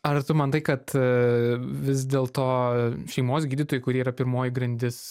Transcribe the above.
ar tu matai kad a vis dėlto šeimos gydytojai kurie yra pirmoji grandis